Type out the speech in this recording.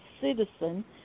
citizen